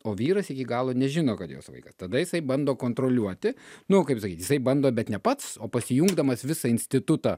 o vyras iki galo nežino kad jos vaikas tada jisai bando kontroliuoti nu kaip sakyt jisai bando bet ne pats o pasijungdamas visą institutą